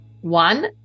One